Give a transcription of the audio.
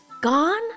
gone